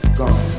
gone